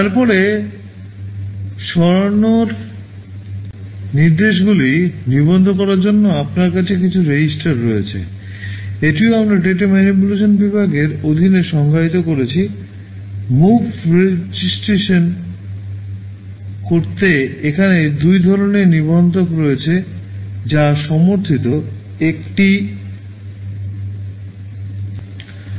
তারপরে সরানোর নির্দেশগুলি করতে এখানে দুই ধরণের নিবন্ধক রয়েছে যা সমর্থিত একটি move instruction